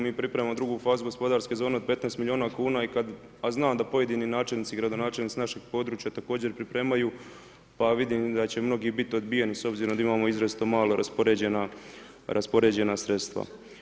Mi pripremamo drugu fazu gospodarske zone od 15 milijuna kuna, a znam da pojedini načelnici i gradonačelnici našeg područja također pripremaju, pa vidim da će mnogi biti odbijeni s obzirom da imamo izrazito malo raspoređena sredstva.